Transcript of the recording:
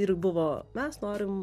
ir buvo mes norim